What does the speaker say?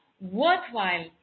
worthwhile